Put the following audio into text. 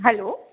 hello